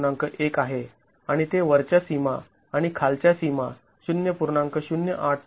१ आहे आणि ते वरच्या सीमा आणि खालच्या सीमा ०